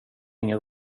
ingen